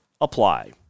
apply